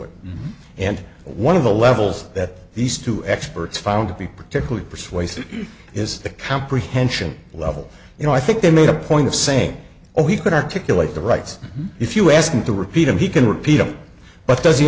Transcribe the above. it and one of the levels that these two experts found to be particularly persuasive is the comprehension level you know i think they made a point of saying oh he could articulate the rights if you ask him to repeat and he can repeat them but does he